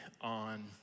on